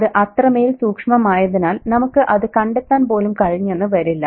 അത് അത്രമേൽ സൂക്ഷ്മമായതിനാൽ നമുക്ക് അത് കണ്ടെത്താൻ പോലും കഴിഞ്ഞെന്നു വരില്ല